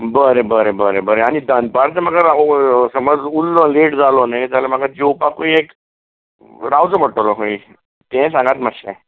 बरें बरें बरें बरें आनी दनपारचो म्हाका राव समज उल्लो लेट जालो न्ही जाल्या म्हाका जेवपाकूय एक रावचो पडटलो खंयीय तेंय सांगात मातशें